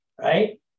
right